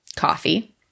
coffee